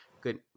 Good